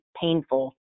painful